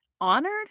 honored